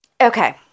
Okay